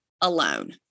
alone